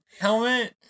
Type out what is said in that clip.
helmet